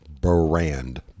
brand